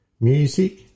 music